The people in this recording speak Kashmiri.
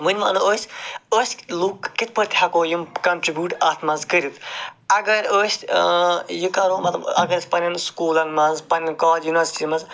وٕنۍ وَنَو أسۍ أسۍ لُکھ کِتھ پٲٹھۍ تہِ ہٮ۪کَو یِم کَنٹِرٛبیوٗٹ اَتھ منٛز کٔرِتھ اگر أسۍ یہِ کَرَو مطلب اگر أسۍ پَنٛنٮ۪ن سکوٗلَن منٛز پَنٛنٮ۪ن یونیوَرسِٹی منٛز